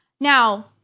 Now